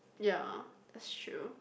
ya it's true